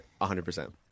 100%